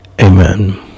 amen